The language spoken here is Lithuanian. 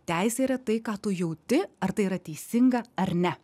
teisė yra tai ką tu jauti ar tai yra teisinga ar ne